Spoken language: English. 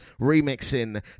remixing